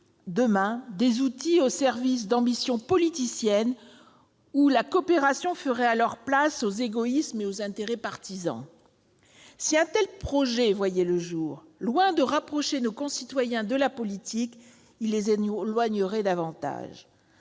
devenir des outils au service d'ambitions politiciennes : la coopération ferait alors place aux égoïsmes et aux intérêts partisans. Si un tel projet voyait le jour, loin de rapprocher nos concitoyens de la politique, il les en éloignerait davantage.